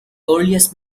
earliest